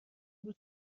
بود